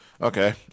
Okay